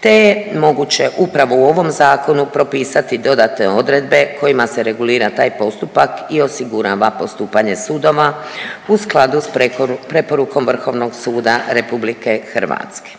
te je moguće upravo u ovom zakonu propisati dodatne odredbe kojima se regulira taj postupak i osigurava postupanje sudova u skladu s preporukom Vrhovnog suda RH. Usvajanjem